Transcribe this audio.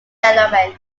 development